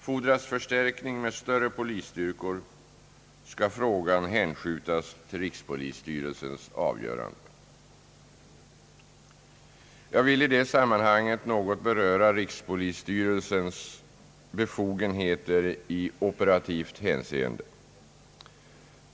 Fordras förstärkning med större polisstyrkor skall frågan hänskjutas till rikspolisstyrelsens avgörande. Jag vill i detta sammanhang något beröra rikspolisstyrelsens befogenheter i operativt hänseende.